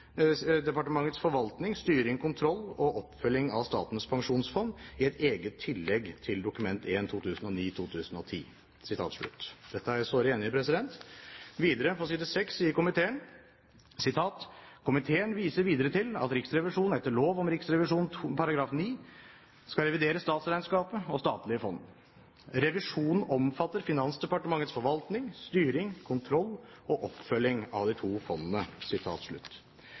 forvaltning, styring, kontroll og oppfølging av Statens pensjonsfond i et eget tillegg til Dokument 1 Dette er vi såre enige i. Videre, på side 6, sier komiteen: «Komiteen viser videre til at Riksrevisjonen etter lov om Riksrevisjonen § 9 skal revidere statsregnskapet og statlige fond. Revisjonen omfatter Finansdepartementets forvaltning, styring, kontroll og oppfølging av de to fondene.»